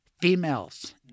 females